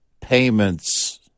payments